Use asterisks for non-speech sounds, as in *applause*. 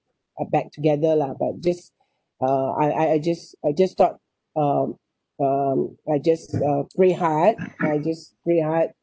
uh back together lah but this *breath* uh I I I just I just stop um um I just uh pray hard I just pray hard